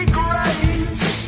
grace